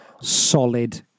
solid